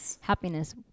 happiness